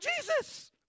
Jesus